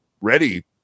ready